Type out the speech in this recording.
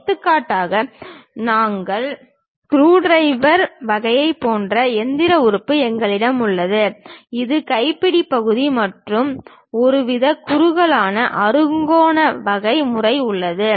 எடுத்துக்காட்டாக எங்கள் ஸ்க்ரூடிரைவர் வகையைப் போன்ற இயந்திர உறுப்பு எங்களிடம் உள்ளது இது கைப்பிடி பகுதி மற்றும் ஒருவித குறுகலான அறுகோண வகை முறை உள்ளது